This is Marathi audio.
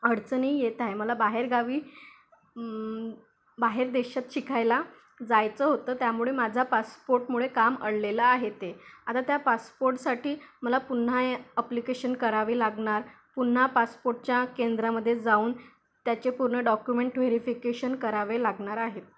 अडचणी येत आहे मला बाहेरगावी बाहेर देशात शिकायला जायचं होतं त्यामुळे माझा पासपोर्टमुळे काम अडलेलं आहे ते आता त्या पासपोर्टसाठी मला पुन्हा अप्लिकेशन करावे लागणार पुन्हा पासपोर्टच्या केंद्रामध्ये जाऊन त्याचे पूर्ण डॉक्युमेंट व्हेरिफिकेशन करावे लागणार आहे